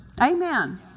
Amen